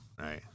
Right